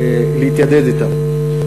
להתיידד אתן.